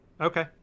okay